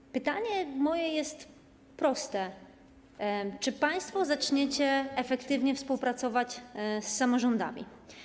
Moje pytanie jest proste: Czy państwo zaczniecie efektywnie współpracować z samorządami?